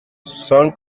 son